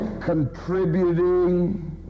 contributing